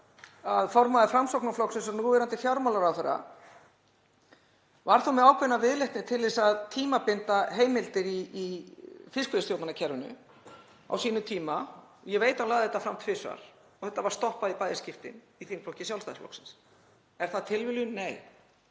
að formaður Framsóknarflokksins og núverandi fjármálaráðherra var þó með ákveðna viðleitni til þess að tímabinda heimildir í fiskveiðistjórnarkerfinu á sínum tíma. Ég veit að hann lagði þetta fram tvisvar og það var stoppað í bæði skiptin af þingflokki Sjálfstæðisflokksins. Er það tilviljun? Nei.